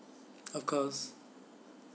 of course